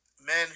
Men